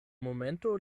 momento